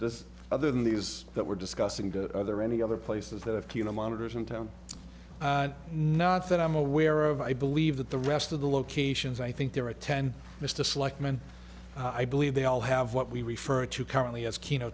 this other than these that we're discussing the other any other places that if you know monitors in town not that i'm aware of i believe that the rest of the locations i think there are a ten mistress like men i believe they all have what we refer to currently as kino